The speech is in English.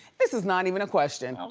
this is not even a question. okay.